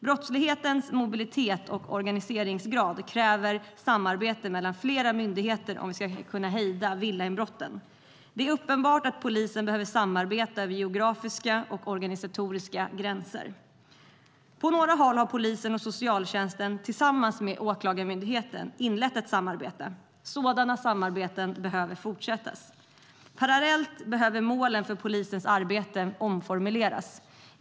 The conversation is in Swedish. Brottslighetens mobilitet och organiseringsgrad kräver samarbete mellan flera myndigheter om vi ska kunna hejda villainbrotten. Det är uppenbart att polisen behöver samarbeta över geografiska och organisatoriska gränser. På några håll har polisen och socialtjänsten inlett ett samarbete tillsammans med åklagarmyndigheten. Sådana samarbeten bör fortsätta. Parallellt behöver målen för polisens arbete omformuleras.